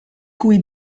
cui